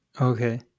Okay